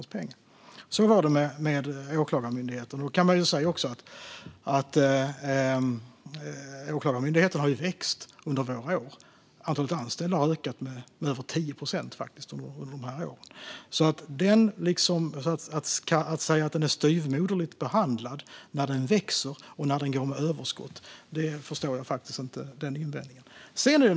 Så var det med Åklagarmyndigheten. Åklagarmyndigheten har växt under våra år, och antalet anställda har ökat med över tio procent. Så hur man kan säga att Åklagarmyndigheten är styvmoderligt behandlad när den växer och går med överskott förstår jag faktiskt inte.